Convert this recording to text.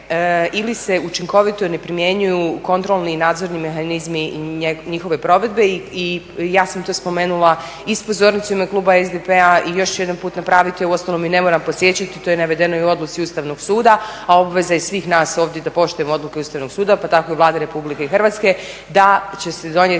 ili se učinkovito ne primjenjuju kontrolni i nadzorni mehanizmi njihove provedbe i ja sam to spomenula i s pozornice u ime kluba SDP-a i još … napraviti, uostalom i ne moram podsjećati, to je navedeno i u odluci Ustavnog suda, a obveza je svih nas ovdje da poštujemo odluke Ustavnog suda pa tako i Vlade RH, da će se donijeti